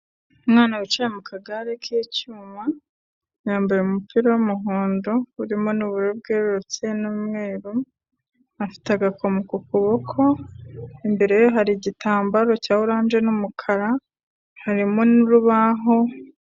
Umwana wicaye mu kagare k'icyuma, yambaye umupira w'umuhondo urimo n'ubururu bwerurutse n'umweru, afite agakomo k'ukuboko, imbere ye hari igitambaro cya oranje n'umukara, harimo n'urubaho...